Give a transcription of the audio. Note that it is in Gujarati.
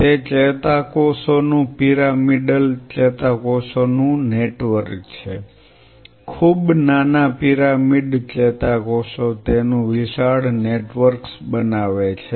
તે ચેતાકોષોનું પિરામિડલ ચેતાકોષનું નેટવર્ક છે ખૂબ નાના પિરામિડ ચેતાકોષો તેનું વિશાળ નેટવર્ક્સ બનાવે છે